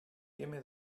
gimme